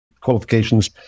qualifications